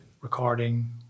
recording